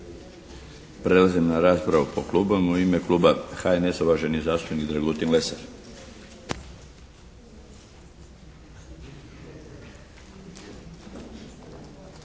Prelazim na raspravu po klubovima. U ime Kluba HNS-a, uvaženi zastupnik Dragutin Lesar.